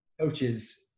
coaches